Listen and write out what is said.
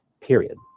period